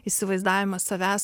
įsivaizdavimas savęs